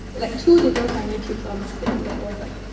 like, two little tiny tubes of lipstick that was like,